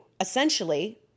essentially